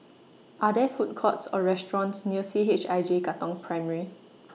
Are There Food Courts Or restaurants near C H I J Katong Primary